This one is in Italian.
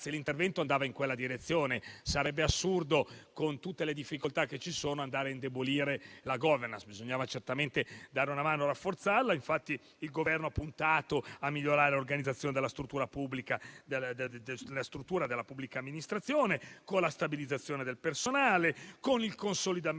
L'intervento andava in quella direzione e sarebbe assurdo, con tutte le difficoltà che ci sono, andare ad indebolire la *governance*. Bisognava certamente dare una mano per rafforzarla e infatti il Governo ha puntato a migliorare l'organizzazione della struttura della pubblica amministrazione, con la stabilizzazione del personale e con il consolidamento